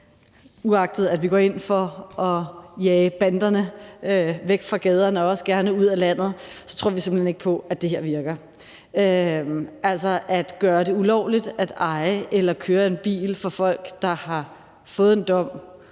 uagtet at vi går ind for at jage banderne væk fra gaderne og også gerne ud af landet, tror vi simpelt hen ikke på, at det her virker. Altså, at gøre det ulovligt at eje eller køre en bil for folk, der har fået en dom,